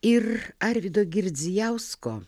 ir arvydo girdzijausko